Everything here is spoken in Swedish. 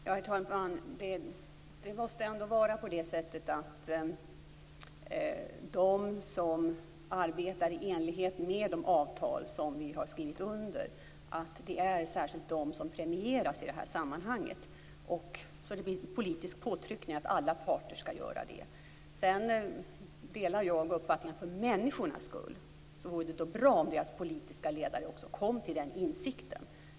Herr talman! Det måste vara de som arbetar i enlighet med de avtal som vi har skrivit under som särskilt premieras i detta sammanhang, så att det blir en politisk påtryckning att alla parter skall göra det. Jag delar uppfattningen att det för människornas skull vore bra om deras politiska ledare också kom till den insikten.